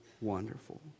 wonderful